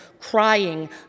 crying